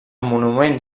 monument